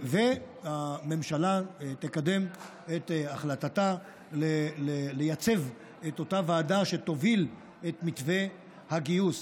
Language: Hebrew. והממשלה תקדם את החלטתה לייצב את אותה ועדה שתוביל את מתווה הגיוס.